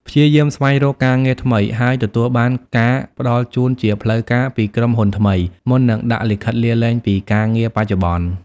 ព្យាយាម ស្វែងរកការងារថ្មី ហើយ ទទួលបានការផ្តល់ជូនជាផ្លូវការ ពីក្រុមហ៊ុនថ្មី មុននឹងដាក់លិខិតលាលែងពីការងារបច្ចុប្បន្ន។